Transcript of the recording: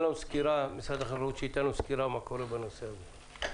אבקש ממשרד החקלאות שייתן לנו סקירה מה קורה בנושא הזה.